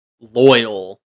loyal